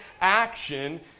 action